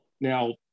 Now